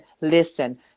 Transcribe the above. listen